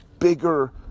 bigger